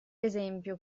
esempio